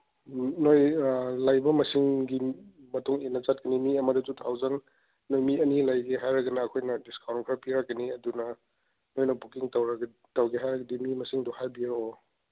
ꯎꯝ ꯅꯣꯏ ꯂꯩꯕ ꯃꯁꯤꯡꯒꯤ ꯃꯇꯨꯡꯏꯟꯅ ꯆꯠꯂꯤ ꯃꯤ ꯑꯃꯗ ꯇꯨ ꯊꯥꯎꯖꯟ ꯅꯣꯏ ꯃꯤ ꯑꯅꯤ ꯂꯩꯒꯦ ꯍꯥꯏꯔꯒꯅ ꯑꯩꯈꯣꯏꯅ ꯗꯤꯁꯀꯥꯎꯟ ꯈꯔ ꯄꯤꯔꯛꯀꯅꯤ ꯑꯗꯨꯅ ꯅꯣꯏꯅ ꯕꯨꯀꯤꯡ ꯇꯧꯒꯦ ꯍꯥꯏꯔꯒꯗꯤ ꯃꯤ ꯃꯁꯤꯡꯗꯣ ꯍꯥꯏꯕꯤꯔꯛꯑꯣ